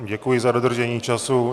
Děkuji za dodržení času.